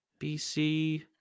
BC